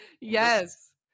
Yes